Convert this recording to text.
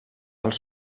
els